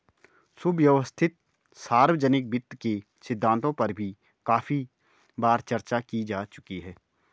सुव्यवस्थित सार्वजनिक वित्त के सिद्धांतों पर भी काफी बार चर्चा की जा चुकी है